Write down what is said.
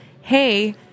hey